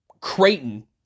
Creighton